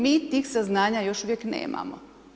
Mi tih saznanja još uvijek nemamo.